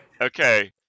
Okay